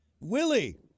Willie